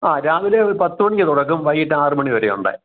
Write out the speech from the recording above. ആ രാവിലെ ഒരു പത്ത് മണിക്ക് തുറക്കും വൈകീട്ട് ആറ് മണിവരെയുണ്ട്